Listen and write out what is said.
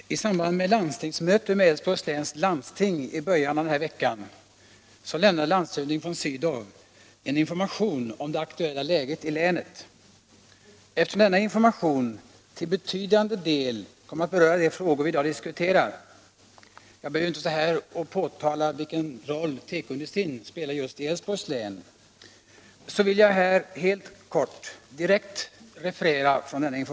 Herr talman! I samband med ett landstingsmöte med Älvsborgs läns landsting i början av den här veckan lämnade landshövding von Sydow information om det aktuella läget i länet. Eftersom denna information till betydande del berörde de frågor vi i dag diskuterar — jag behöver inte här påpeka vilken roll tekoindustrin spelar just i Älvsborgs län — vill jag här helt kort referera från densamma.